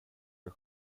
det